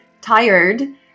tired